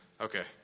Okay